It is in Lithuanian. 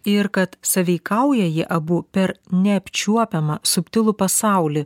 ir kad sąveikauja jie abu per neapčiuopiamą subtilų pasaulį